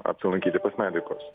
apsilankyti pas medikus